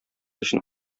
өчен